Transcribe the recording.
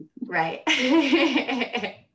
Right